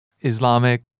Islamic